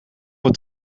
het